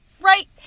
right